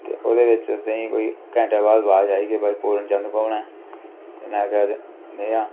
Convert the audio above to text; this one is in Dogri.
ते ओह्दे बिच्च असेंगी कोई घैंटे बाद बाज आई कि भई पूर्ण चंद कौन ऐ में आखेआ में आं